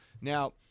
Now